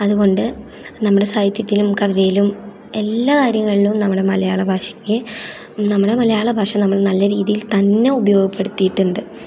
അതുകൊണ്ട് നമ്മുടെ സാഹിത്യത്തിലും കവിതയിലും എല്ലാ കാര്യങ്ങളിലും നമ്മുടെ മലയാള ഭാഷയ്ക്ക് നമ്മുടെ മലയാള ഭാഷ നമ്മൾ നല്ല രീതിയിൽ തന്നെ ഉപയോഗപ്പെടുത്തിയിട്ടുണ്ട്